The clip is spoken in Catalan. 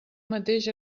mateix